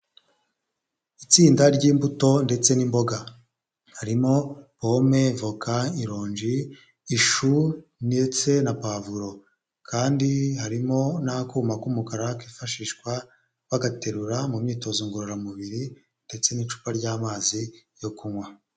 Itsinda ry'imbuto ndetse n'imboga harimo pome, voka, ironji, ishu, ndetse na pavuro. Kandi harimo n'akuma k'umukara kifashishwa bagaterura mu myitozo ngororamubiri, ndetse n'icupa ry'amazi yo kunywa.